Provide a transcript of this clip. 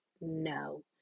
no